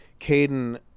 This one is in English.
Caden